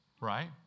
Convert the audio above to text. right